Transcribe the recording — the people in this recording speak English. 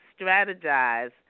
strategize